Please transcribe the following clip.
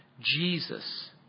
Jesus